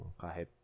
kahit